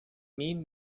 mean